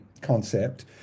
concept